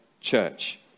church